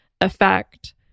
effect